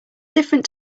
different